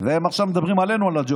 ועכשיו הם מדברים עלינו על הג'ובים.